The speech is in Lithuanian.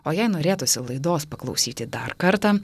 o jei norėtųsi laidos paklausyti dar kartą